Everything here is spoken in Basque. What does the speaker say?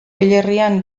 hilerrian